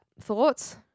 Thoughts